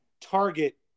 target